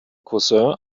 cousin